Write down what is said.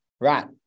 Right